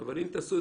דא עקא,